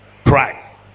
Christ